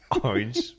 Orange